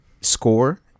score